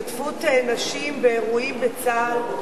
השתתפות נשים באירועים בצה"ל.